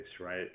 right